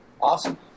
Awesome